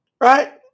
Right